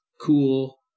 cool